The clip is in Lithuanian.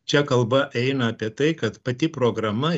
čia kalba eina apie tai kad pati programa